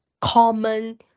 common